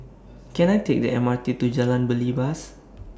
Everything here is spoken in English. Can I Take The M R T to Jalan Belibas